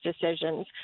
decisions